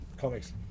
Comics